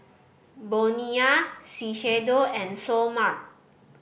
Bonia Shiseido and Seoul Mart